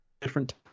different